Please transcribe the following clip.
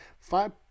Five